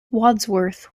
wadsworth